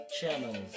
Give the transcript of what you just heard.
channels